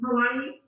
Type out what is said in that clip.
Hawaii